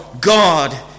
God